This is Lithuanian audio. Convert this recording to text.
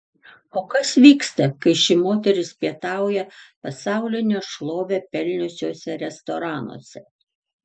o kas vyksta kai ši moteris pietauja pasaulinę šlovę pelniusiuose restoranuose